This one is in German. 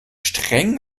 streng